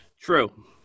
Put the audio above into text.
True